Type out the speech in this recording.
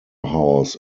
house